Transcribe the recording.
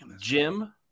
Jim